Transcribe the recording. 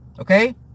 Okay